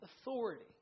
authority